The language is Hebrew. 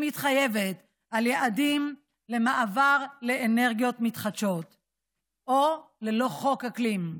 מתחייבת על יעדים למעבר לאנרגיות מתחדשות וללא חוק אקלים.